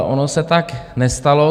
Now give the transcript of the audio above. Ono se tak nestalo.